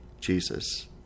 Jesus